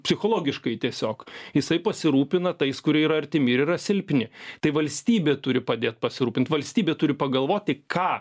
psichologiškai tiesiog jisai pasirūpina tais kurie yra artimi ir yra silpni tai valstybė turi padėt pasirūpint valstybė turi pagalvoti ką